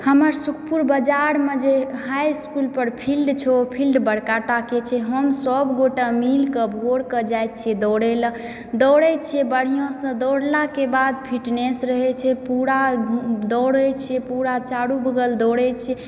हमर सुखपुर बजारमऽ जे हाई इस्कूल पर फील्ड छै ओ फील्ड बड़का टाके छै हम सभगोटा मिलके भोरकऽ जाइत छियै दौड़यलऽ दौड़ैत छियै बढ़िआँसँ दौड़लाके बाद फिटनेस रहैत छै पूरा दौड़ैत छियै पूरा चारु बगल दौड़ैत छियै